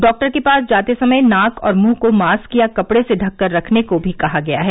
doctor के पास जाते समय नाक और मुंह को मास्क या कपड़े से ढक कर रखने को भी कहा गया है